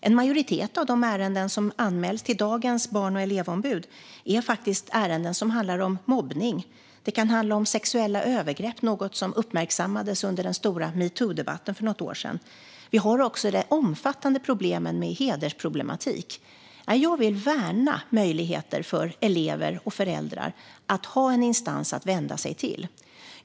En majoritet av de ärenden som anmäls till dagens barn och elevombud handlar om mobbning. Det kan handla om sexuella övergrepp, något som uppmärksammades under den stora metoo-debatten för något år sedan. Vi har också de omfattande problemen med hedersproblematik. Jag vill värna möjligheterna för elever och föräldrar att ha en instans att vända sig till.